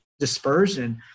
Dispersion